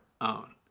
own